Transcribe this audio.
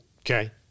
Okay